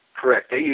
Correct